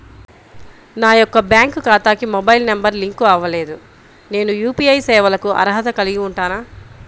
నా యొక్క బ్యాంక్ ఖాతాకి మొబైల్ నంబర్ లింక్ అవ్వలేదు నేను యూ.పీ.ఐ సేవలకు అర్హత కలిగి ఉంటానా?